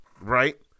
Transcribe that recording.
Right